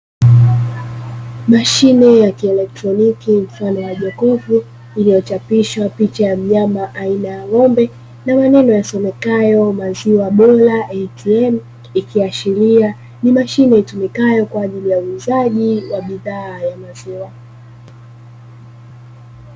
Mashine ya kielotroniki mfano wa jokofu iliyochapishwa picha ya mnyama aina ya ng'ombe na maneno yasomekayo maziwa bora ATM ikiashiria ni mashine itumikayo kwa ajili ya huuzaji wa bidhaa ya maziwa.